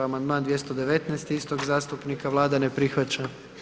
Amandman 219. istog zastupnika, Vlada ne prihvaća.